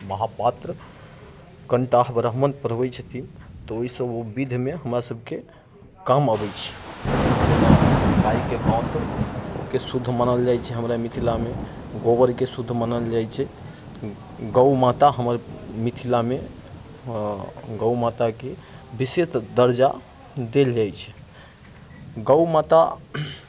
महापात्र कंटाह ब्राह्मण पढ़बै छथिन तऽ ओइसँ बिधमे हमरा सभके कम अबै छै जेना गायके गौन्तके शुद्ध मानल जाइ छै हमरा मिथिलामे गोबरके शुद्ध मानल जाइ छै गौ माता हमर मिथिला मे हँ गौ माता के बिशेष दर्जा देल जाइ छै गौ माता